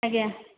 ଆଜ୍ଞା